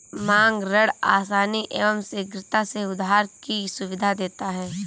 मांग ऋण आसानी एवं शीघ्रता से उधार की सुविधा देता है